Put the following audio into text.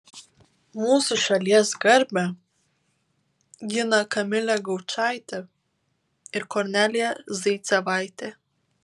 mūsų šalies garbę gina kamilė gaučaitė ir kornelija zaicevaitė